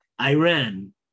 Iran